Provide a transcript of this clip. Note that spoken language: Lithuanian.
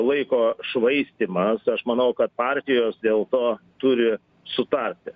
laiko švaistymas aš manau kad partijos dėl to turi sutarti